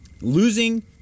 Losing